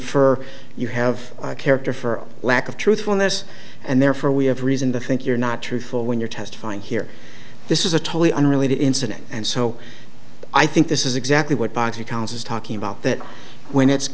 infer you have a character for lack of truthfulness and therefore we have reason to think you're not truthful when you're testifying here this is a totally unrelated incident and so i think this is exactly what boxer counsels talking about that when it's